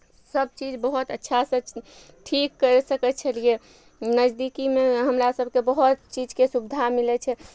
सब चीज बहुत अच्छा से ठीक कैर सकै छलियै नजदीकीमे हमरा सबके बहुत चीजके सुविधा मिलै छै